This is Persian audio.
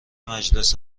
مجلس